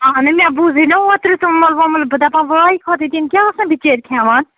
اَہَنُو مےٚ بوٗزے نہٕ اوترٕ توٚمُل ووٚمُل بہٕ دَپان واے خۄدایہٕ تِم کیٛاہ آسن بِچٲر کھیٚوان